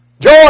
Joy